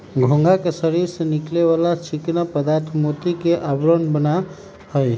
घोंघा के शरीर से निकले वाला चिकना पदार्थ मोती के आवरण बना हई